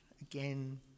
again